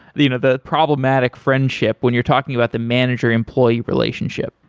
the you know the problematic friendship when you're talking about the manager-employee relationship?